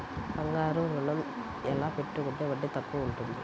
బంగారు ఋణం ఎలా పెట్టుకుంటే వడ్డీ తక్కువ ఉంటుంది?